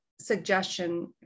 suggestion